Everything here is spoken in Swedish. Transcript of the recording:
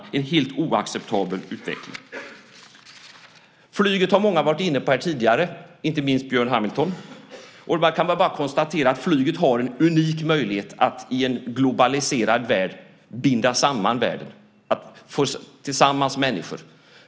Det är en helt oacceptabel utveckling. Flyget har många varit inne på här tidigare, inte minst Björn Hamilton. Man kan bara konstatera att flyget har en unik möjlighet att i en globaliserad värld binda samman världen och att föra samman människor.